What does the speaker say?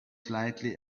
slightly